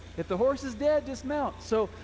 if the horse is dead dismount. so,